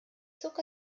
zog